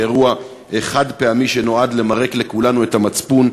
כאל אירוע חד-פעמי שנועד למרק לכולנו את המצפון,